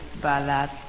Balat